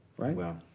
right? wow.